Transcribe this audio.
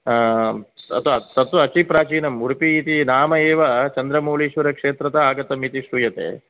तत्तु अतिप्राचीनं उडुपि इति नाम एव चन्द्रमौळेश्वरक्षेत्रतः आगतम् इति श्रूयते